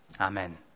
Amen